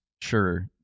sure